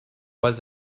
pas